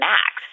Max